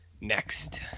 next